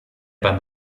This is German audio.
beim